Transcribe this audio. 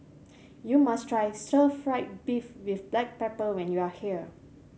you must try stir fried beef with black pepper when you are here